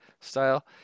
style